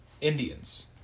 Indians